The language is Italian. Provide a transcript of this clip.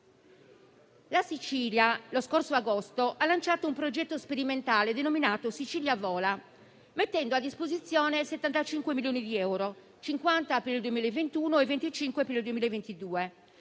La Sicilia, lo scorso agosto, ha lanciato un progetto sperimentale denominato «Sicilia vola», mettendo a disposizione 75 milioni di euro (50 per il 2021 e 25 per il 2022),